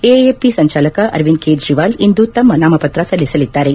AAP ಸಂಚಾಲಕ ಅರವಿಂದ್ ಕೇಜ್ರವಾಲ್ ಇಂದು ತಮ್ನ ನಾಮಪತ್ರ ಸಲ್ಲಿಸಲಿದ್ದಾರೆ